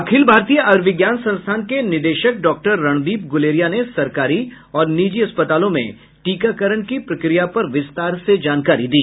अखिल भारतीय आयुर्विज्ञान संस्थान के निदेशक डॉक्टर रणदीप गुलेरिया ने सरकारी और निजी अस्पतालों में टीकाकरण की प्रक्रिया पर विस्तार से जानकारी दी